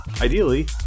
ideally